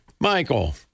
Michael